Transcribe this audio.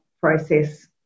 process